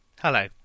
Hello